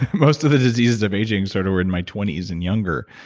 most of the diseases of aging sort of were in my twenty s and younger.